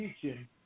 teaching